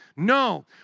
No